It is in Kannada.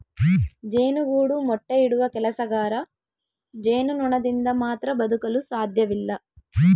ಜೇನುಗೂಡು ಮೊಟ್ಟೆ ಇಡುವ ಕೆಲಸಗಾರ ಜೇನುನೊಣದಿಂದ ಮಾತ್ರ ಬದುಕಲು ಸಾಧ್ಯವಿಲ್ಲ